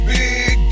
Big